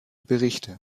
berichte